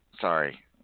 sorry